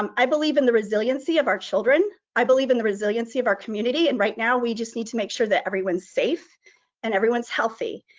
um i believe in the resiliency of our children. i believe in the resiliency of our community, and right now, we just need to make sure that everyone's safe and everyone's healthy.